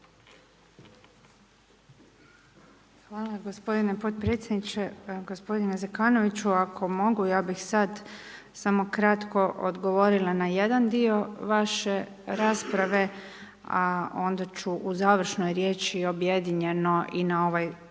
Hvala gospodine potpredsjedniče. Gospodine Zekanoviću, ako mogu ja bih sad samo kratko odgovorila na jedan dio vaše rasprave, a onda ću u završnoj riječi objedinjeno i na ovaj drugi